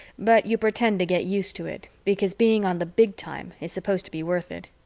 but you pretend to get used to it because being on the big time is supposed to be worth it.